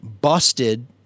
busted